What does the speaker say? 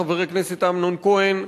חבר הכנסת אמנון כהן,